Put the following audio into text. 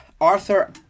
Arthur